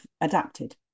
adapted